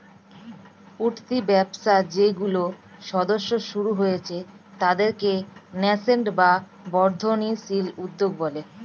উঠতি ব্যবসা যেইগুলো সদ্য শুরু হয়েছে তাদেরকে ন্যাসেন্ট বা বর্ধনশীল উদ্যোগ বলে